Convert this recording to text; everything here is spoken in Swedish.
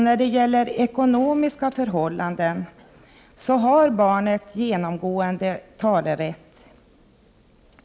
När det gäller ekonomiska förhållanden har barnet genomgående talerätt.